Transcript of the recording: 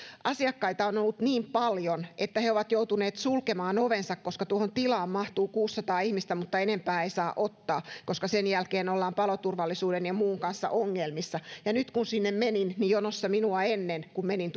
asiakkaita on ollut niin paljon että he ovat joutuneet sulkemaan ovensa koska tuohon tilaan mahtuu kuusisataa ihmistä mutta enempää ei saa ottaa koska sen jälkeen ollaan paloturvallisuuden ja muun kanssa ongelmissa nyt kun sinne menin niin jonossa minua ennen kun menin